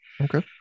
Okay